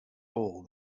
fool